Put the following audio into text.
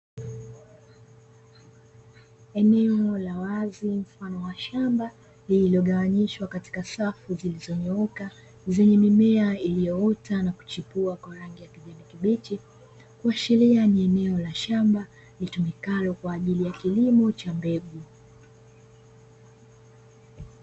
Wazi mfano wa shamba lililogawanyishwa katika safu zilizonyooka, zenye mimea iliyoota na kuchipua kwa rangi ya kijani kibichi kwa sheria ni eneo la shamba lijulikanalo kwa ajili ya kilimo cha mbegu.